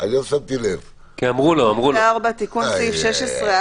רק רציתי להגיד לך --- גם אתה פגעת בי